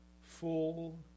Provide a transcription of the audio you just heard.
full